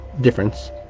difference